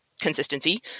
consistency